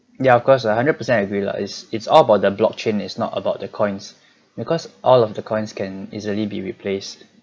ya of course lah hundred percent agree lah it's it's all about the blockchain is not about the coins because all of the coins can easily be replaced